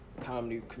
comedy